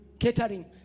Catering